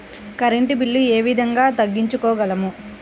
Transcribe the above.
Current bill ఏ విధంగా తగ్గించుకోగలము?